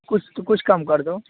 کچھ کچھ کم کر دو